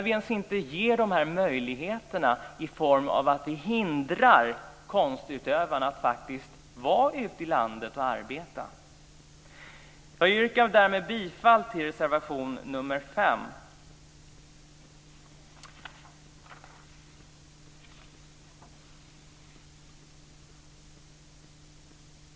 Vi ger inte möjligheter till detta när konstutövarna hindras att komma ut och arbeta ute i landet. Jag yrkar med detta bifall till reservation nr 5.